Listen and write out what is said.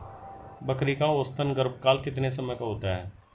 बकरी का औसतन गर्भकाल कितने समय का होता है?